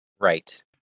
Right